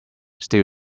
still